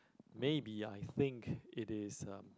maybe I think it is um